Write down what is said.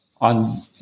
on